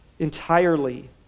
entirely